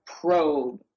Probe